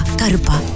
Karupa